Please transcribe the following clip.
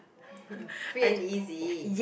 free and easy